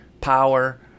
power